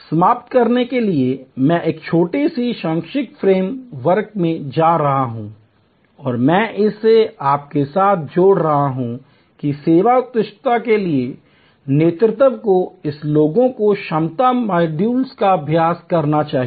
समाप्त करने के लिए मैं एक छोटे से शैक्षणिक फ्रेम वर्क में जा रहा हूं और मैं इसे आपके साथ छोड़ रहा हूं कि सेवा उत्कृष्टता के लिए नेतृत्व को इस लोगों की क्षमता मॉड्यूल का अभ्यास करना चाहिए